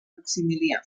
maximilià